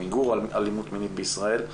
מיגור האלימות המינית בישראל,